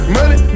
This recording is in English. Money